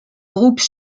groupe